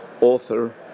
author